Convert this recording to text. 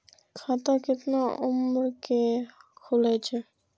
खाता केतना उम्र के खुले छै?